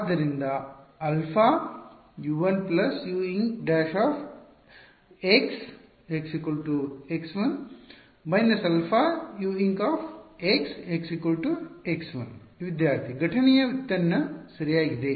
ಆದ್ದರಿಂದ αU 1 Uinc′x x1 − αUincx x1 ವಿದ್ಯಾರ್ಥಿ ಘಟನೆಯ ವ್ಯುತ್ಪನ್ನ ಸರಿಯಾಗಿದೆ